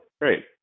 Great